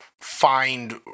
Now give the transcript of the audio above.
find